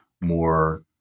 more